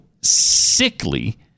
sickly